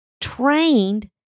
trained